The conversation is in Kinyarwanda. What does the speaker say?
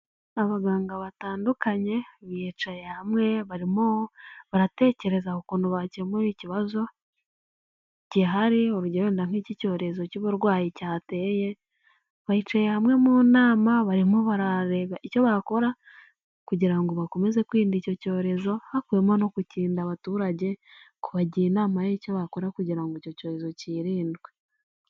Abaganga batandukanye bicaye hamwe barimo baratekereza ku kuntu bakemu ikibazo gihari urugendo nk'iki cyorezo cy'uburwayi cyateye, bicaye hamwe mu nama barimo barareba icyo bakora kugira ngo bakomeze kwirinda icyo cyorezo hakubiwemo no kukinda abaturage, kubagira inama y'icyo bakora kugira ngo icyo cyorezo kirindwe.